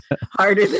harder